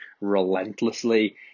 relentlessly